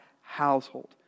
household